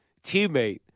teammate